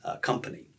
company